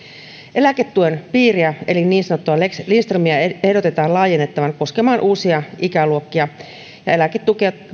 eläketuen piiriä eli niin sanottua lex lindströmiä ehdotetaan laajennettavan koskemaan uusia ikäluokkia eläketukea